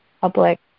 public